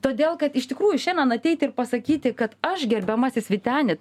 todėl kad iš tikrųjų šiandien ateiti ir pasakyti kad aš gerbiamasis vyteni